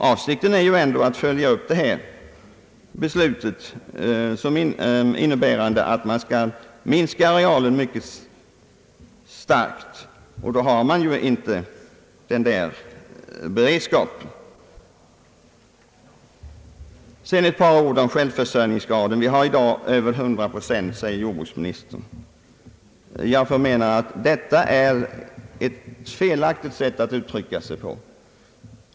Avsikten är ju ändå att följa upp 1967 års jordbruksbeslut, innebärande att man skall minska arealen mycket starkt, och då har vi ju inte denna beredskap. Jag vill också säga några ord om självförsörjningsgraden. Den är i dag över 100 procent, säger jordbruksministern, Jag förmenar att detta är ett felaktigt sätt att uttrycka sig på.